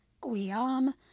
Guillaume